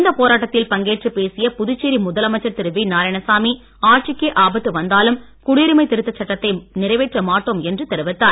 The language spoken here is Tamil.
இந்த போராட்டத்தில் பங்கேற்றுப் பேசிய புதுச்சேரி முதலமைச்சர் திரு வி நாராயணசாமி ஆட்சிக்கே ஆபத்து வந்தாலும் குடியுரிமை திருத்த சட்டத்தை நிறைவேற்ற மாட்டோம் என்று தெரிவித்தார்